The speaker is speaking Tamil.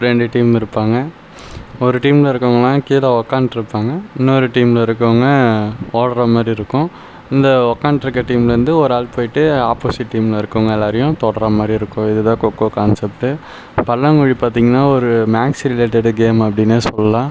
ரெண்டு டீம் இருப்பாங்க ஒரு டீமில் இருக்கறவங்களாம் கீழே உக்கான்ட்ருப்பாங்க இன்னொரு டீமில் இருக்கறவங்க ஓடற மாதிரி இருக்கும் இந்த உக்காண்ட்ருக்க டீமில் இருந்து ஒரு ஆள் போயிட்டு ஆப்போசிட் டீமில் இருக்கறவங்க எல்லோரையும் தொடற மாதிரி இருக்கும் இதில் இதுதான் கோக்கோ கான்செப்ட் பல்லாங்குழி பார்த்தீங்கன்னா ஒரு மேக்ஸ் ரிலேட்டட்டு கேம் அப்படின்னே சொல்லலாம்